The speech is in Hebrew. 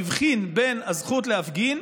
חברי הכנסת,